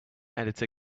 editor